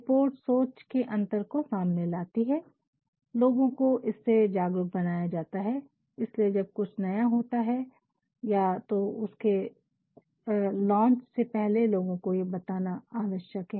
reports सोच के अंतर को सामने लाती है लोगो को इससे जागरूक बनाया जाता है इसलिए जब कुछ नया होता है तो या तो उसके लॉच से पहले लोगो को ये बताना आवश्यक है